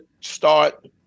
start